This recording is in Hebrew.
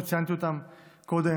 שציינתי אותם קודם,